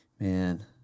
Man